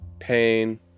pain